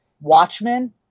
Watchmen